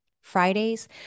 Fridays